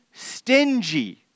Stingy